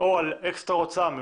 או על אקסטרה הוצאה מיותרת.